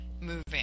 moving